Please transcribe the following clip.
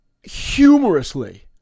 humorously